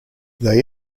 they